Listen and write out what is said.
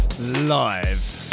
Live